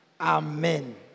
Amen